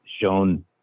shown